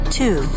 two